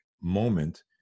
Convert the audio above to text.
moment